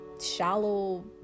shallow